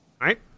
right